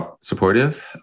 supportive